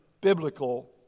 biblical